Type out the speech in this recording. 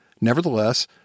Nevertheless